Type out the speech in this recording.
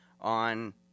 on